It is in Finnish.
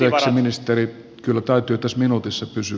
anteeksi ministeri kyllä täytyy tässä minuutissa pysyä